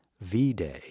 V-Day